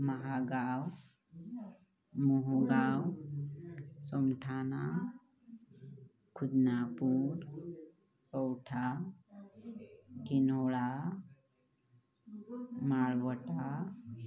Mahagaon Mohgaon Samthana Khudnapur Pautha Kinola Malwata